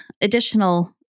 additional